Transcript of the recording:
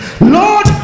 Lord